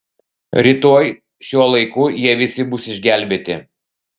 rytoj šiuo laiku jie visi bus išgelbėti